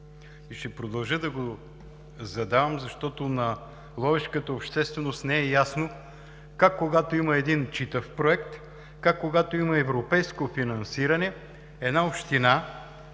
Ще продължа да го задавам, защото на ловешката общественост не е ясно как, когато има един читав проект, как, когато има европейско финансиране, една община